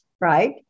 right